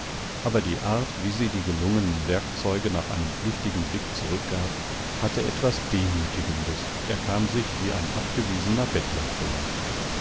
aber die art wie sie die gelungenen werkzeuge nach einem flüchtigen blick zurückgab hatte etwas demütigendes er kam sich wie ein abgewiesener bettler vor